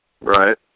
Right